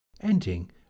ending